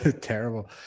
terrible